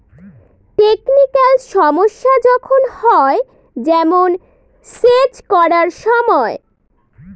technical সমস্যা যখন হয়, যেমন সেচ করার সময়